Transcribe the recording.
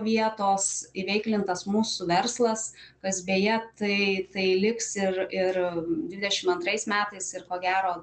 vietos įveiklintas mūsų verslas kas beje tai tai liks ir ir dvidešim antrais metais ir ko gero